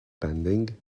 pending